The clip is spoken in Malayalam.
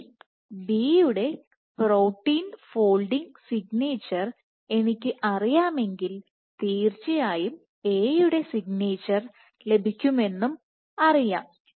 ഇനി B യുടെ പ്രോട്ടീൻ ഫോൾഡിങ് സിഗ്നേച്ചർ എനിക്ക് അറിയാമെങ്കിൽ തീർച്ചയായും A യുടെ സിഗ്നേച്ചർ ലഭിക്കുമെന്ന് ഉറപ്പായും അറിയാം